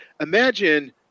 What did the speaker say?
imagine